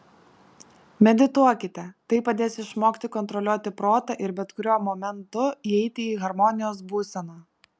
medituokite tai padės išmokti kontroliuoti protą ir bet kuriuo momentu įeiti į harmonijos būseną